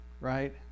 right